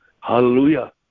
Hallelujah